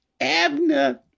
Abner